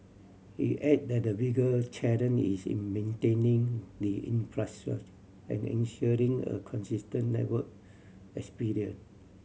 he add that the bigger challenge is in maintaining the infrastructure and ensuring a consistent network experience